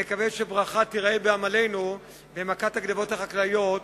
נקווה שברכה תיראה בעמלנו ומכת הגנבות החקלאיות